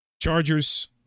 Chargers